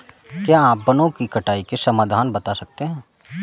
क्या आप वनों की कटाई के समाधान बता सकते हैं?